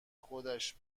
خودش